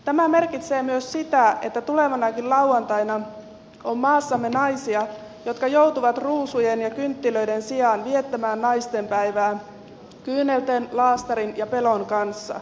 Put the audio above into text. tämä merkitsee myös sitä että tulevanakin lauantaina on maassamme naisia jotka joutuvat ruusujen ja kynttilöiden sijaan viettämään naistenpäivää kyynelten laastarin ja pelon kanssa